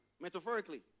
Metaphorically